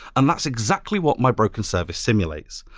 and that's exactly what my broken service simulates.